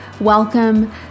welcome